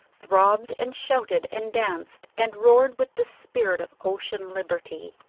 throbbed and shouted and danced and roared with the spirit of ocean liberty.